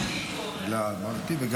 בוא, בוא,